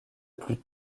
plus